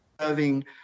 serving